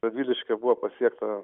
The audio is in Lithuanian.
radviliškyje buvo pasiekta